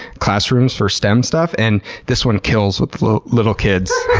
classrooms for stem stuff and this one kills with little kids.